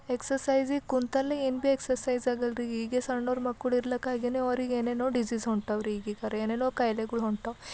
exercise ಹೀಗೆ ಕುಂತಲ್ಲೇ ಏನು ಭೀ ಎಕ್ಸರ್ಸೈಸ್ ಆಗಲ್ಲ ರೀ ಈಗೆ ಸಣ್ಣವರ ಮಕ್ಕಳು ಇರಲಿಕ್ಕಾಗಿನೇ ಅವ್ರಿಗೆ ಏನೇನೋ ಡಿಸೀಸ್ ಹೊಂಟವ್ರಿ ಈಗೀಗಾರಿ ಏನೇನೋ ಕಾಯಿಲೆಗಳು ಹೊಂಟವ